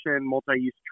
multi-use